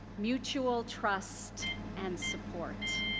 mutual trust and support.